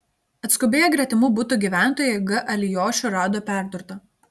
atskubėję gretimų butų gyventojai g alijošių rado perdurtą